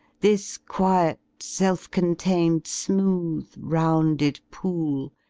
this quiet, self-contained, smooth, rounded pool,